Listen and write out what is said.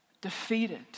defeated